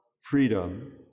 freedom